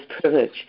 privilege